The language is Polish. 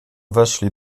weszli